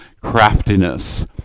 craftiness